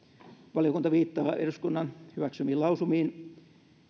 valiokunta viittaa eduskunnan hyväksymiin lausumiin